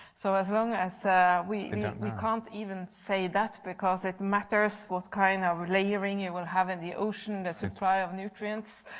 so as long as ah we we cannot even say that, because it matters what kind of layering you will have in the ocean, the supply of nutrients,